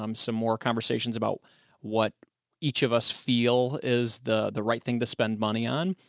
um some more conversations about what each of us feel is the the right thing to spend money on.